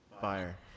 Fire